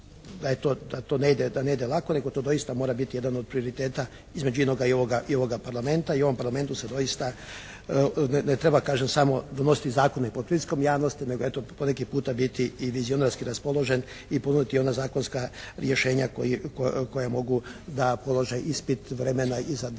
da ne ide lako, nego to doista mora biti jedan od prioriteta između …/Govornik se ne razumije./… i ovoga Parlamenta i u ovom Parlamentu se doista ne treba kažem samo donositi zakone pod pritiskom javnosti, nego eto poneki puta biti i vizionarski raspoložen i ponuditi ona zakonska rješenja koja mogu da polože ispit vremena i za